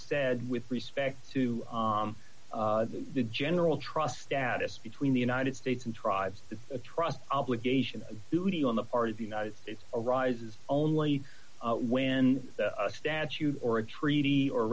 said with respect to the general trust status between the united states and tribes that a trust obligation duty on the part of the united states arises only when a statute or a treaty or